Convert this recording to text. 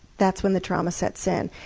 that's when the trauma sets in.